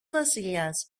βασιλιάς